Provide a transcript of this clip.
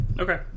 Okay